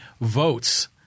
votes